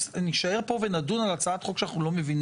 שנישאר פה ונדון על הצעת חוק שאנחנו לא מבינים?